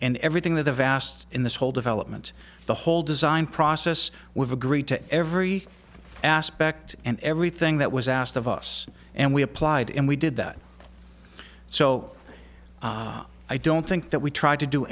and everything that the vast in this whole development the whole design process we've agreed to every aspect and everything that was asked of us and we applied in we did that so i don't think that we tried to do